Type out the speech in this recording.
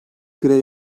grev